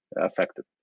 affected